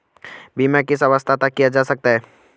बीमा किस अवस्था तक किया जा सकता है?